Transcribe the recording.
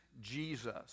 Jesus